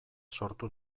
sortu